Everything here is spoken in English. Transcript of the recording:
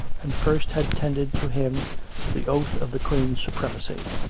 and first had tendered to him the oath of the queen's supremacy.